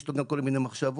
יש לו כל מיני מחשבות,